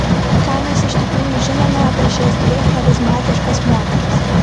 ką mes iš tikrųjų žinome apie šias dvi charizmatiškas moteris